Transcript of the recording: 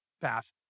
path